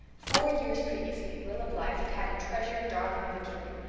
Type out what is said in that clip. four years previously rilla blythe had had a treasured darling of a kitten,